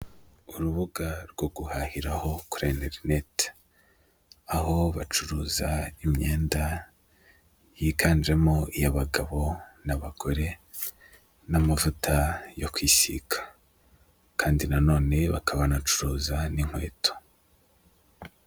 Urubuga rwo guhahiraho kuri interineti aho bacuruza imyenda yiganjemo iy'abagabo n'abagore n'amavuta yo kwisiga, kandi nanone bakaba bacuruza n'inkweto.